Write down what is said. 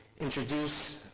introduce